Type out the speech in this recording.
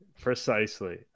Precisely